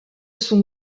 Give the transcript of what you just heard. son